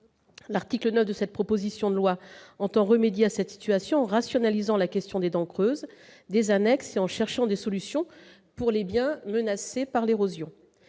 L'article 9 de la proposition de loi entend remédier à cette situation en rationalisant la question des dents creuses et des annexes ainsi qu'en cherchant des solutions pour les biens menacés par l'érosion.